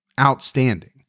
outstanding